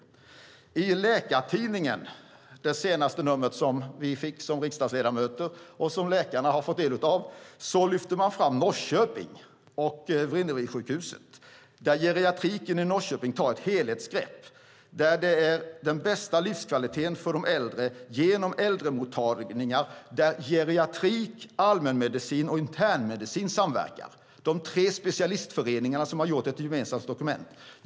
I det senaste numret av Läkartidningen, som vi har fått som riksdagsledamöter och som läkarna har fått del av, lyfter man fram Norrköping och Vrinnevisjukhuset. Där tar geriatriken ett helhetsgrepp, och man har den bästa livskvaliteten för de äldre genom äldremottagningar där geriatrik, allmänmedicin och internmedicin samverkar. Det är de tre specialistföreningarna som har gjort ett gemensamt dokument.